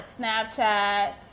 Snapchat